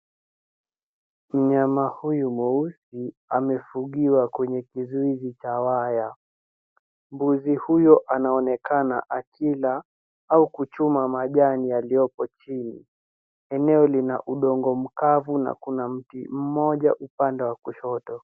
Mnyama huyu mweusi amefungiwa kwenye kizuizi cha waya. Mbuzi huyo anaonekana akila au kuchuma majani yaliyoko chini. Eneo lina udongo mkavu na kuna mti mmoja upande wa kushoto.